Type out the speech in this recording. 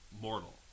mortal